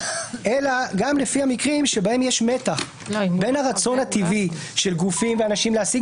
אלא גם לפי המקרים שבהם יש מתח בין הרצון הטבעי של גופים ואנשים להשיג